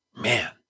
Man